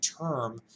term